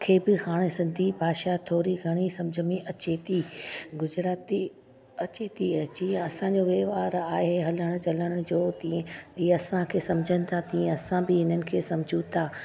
खे बि हाणे सिंधी भाषा थोरी घणी सम्झ में अचे थी गुजराती अचे थी अची आहे असांजो वहिंवारु आहे हलणु चलण जो तीअं ईअं असांखे सम्झनि था तीअं असां बि हिननि खे सम्झूं था